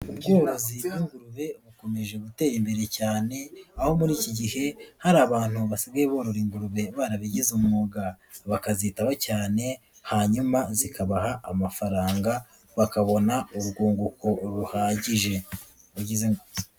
Ubworozi bw'ingurube bukomeje gutera imbere cyane, aho muri iki gihe hari abantu basigaye borora ingurube barabigize umwuga bakazitaho cyane hanyuma zikabaha amafaranga bakabona urwunguko ruhagije ruhagije.